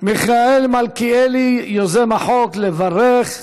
מיכאל מלכיאלי, יוזם החוק, לברך.